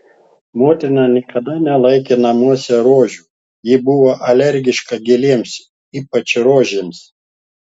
motina niekada nelaikė namuose rožių ji buvo alergiška gėlėms ypač rožėms